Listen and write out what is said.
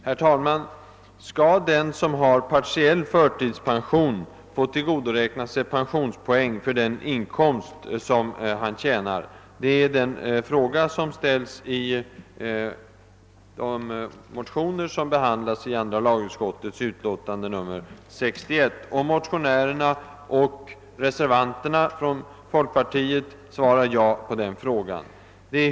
Herr talman! Skall den som har partiell förtidspension få tillgodoräkna sig pensionspoäng för den inkomst han förtjänar? Det är den frågan som ställes i de motioner som behandlas i andra lagutskottets utlåtande nr 61. Motionärerna och reservanterna från folkpartiet svarar ja på den frågan.